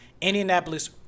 Indianapolis